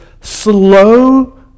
slow